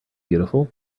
beautiful